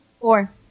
Four